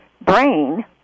brain